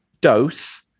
dose